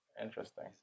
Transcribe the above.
Interesting